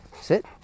sit